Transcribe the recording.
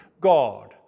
God